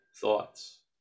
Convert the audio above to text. thoughts